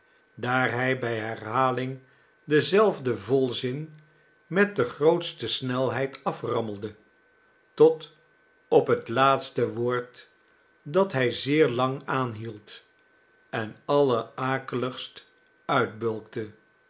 daar hij bij herhaling denzelfden volzin met de grootste snelheid aframmelde tot op het laatste woord dat hij zeer lang aanhield en